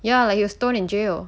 ya like he was thrown in jail